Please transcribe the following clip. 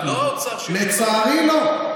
זה לא האוצר, לצערי, לא.